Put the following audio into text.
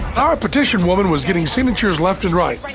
our petition woman was getting signatures left and right.